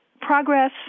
progress